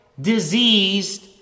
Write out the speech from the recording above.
diseased